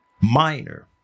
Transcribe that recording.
minor